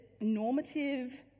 normative